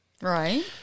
Right